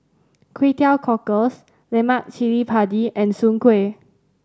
Kway Teow Cockles lemak cili padi and Soon Kueh